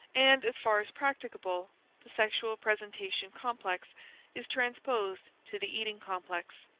and as far as practicable the sexual presentation complex is transposed to the eating complex.